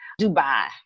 Dubai